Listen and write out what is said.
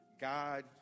God